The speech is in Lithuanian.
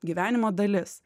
gyvenimo dalis